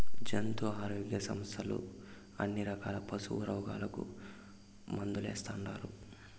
జంతు ఆరోగ్య సంస్థలు అన్ని రకాల పశుల రోగాలకు మందేస్తుండారు